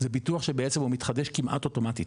זה ביטוח שבעצם הוא מתחדש כמעט אוטומטית.